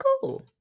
cool